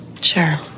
Sure